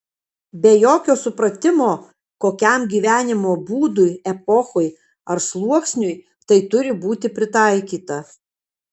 be jokio supratimo kokiam gyvenimo būdui epochai ar sluoksniui tai turi būti pritaikyta